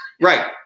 Right